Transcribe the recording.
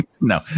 No